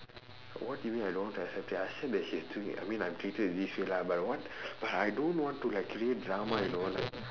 what do you mean I don't accept it I accept that she's doing it I mean I'm treated this way lah but what but I don't want to like create drama you know like